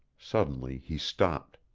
suddenly he stopped.